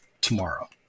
Tomorrow